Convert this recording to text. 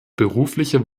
berufliche